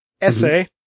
essay